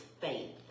faith